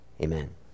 Amen